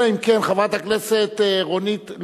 אלא אם כן חברת הכנסת רונית,